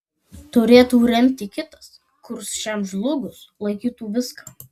turėtų remti kitas kurs šiam žlugus laikytų viską